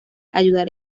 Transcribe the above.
ayudar